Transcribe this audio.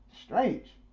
Strange